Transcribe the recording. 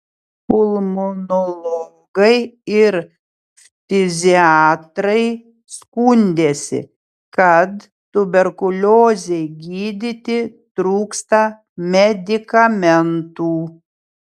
pulmonologai ir ftiziatrai skundėsi kad tuberkuliozei gydyti trūksta medikamentų